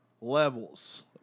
levels